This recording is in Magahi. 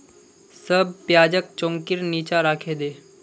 सब प्याजक चौंकीर नीचा राखे दे